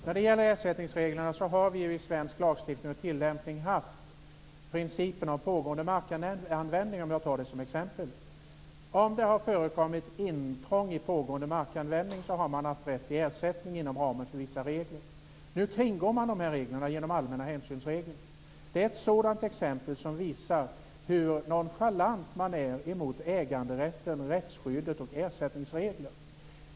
Fru talman! När det gäller ersättningsreglerna har vi ju i svensk lagstiftning och tillämpning haft principen om pågående markanvändning. Jag tar det som exempel. Om det har förekommit intrång i pågående markanvändning har man haft rätt till ersättning inom ramen för vissa regler. Nu kringgås dessa regler genom den allmänna hänsynsregeln. Det är ett exempel som visar hur nonchalant man är emot äganderätten, rättsskyddet och ersättningsreglerna.